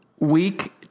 Week